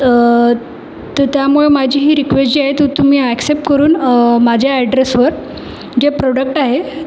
तर त्यामुळे माझी ही रिक्वेस्ट जी आहे त तुम्ही ॲकसेप्ट करून माझ्या ॲड्रेसवर जे प्रोडक्ट आहे